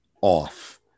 off